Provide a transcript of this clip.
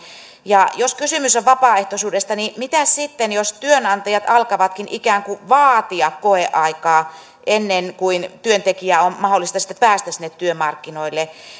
ja jos kysymys on vapaaehtoisuudesta niin mitäs sitten jos työnantajat alkavatkin ikään kuin vaatia koeaikaa ennen kuin työntekijän on mahdollista sitten päästä sinne työmarkkinoille